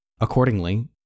Accordingly